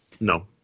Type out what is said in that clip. No